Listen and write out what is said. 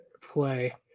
play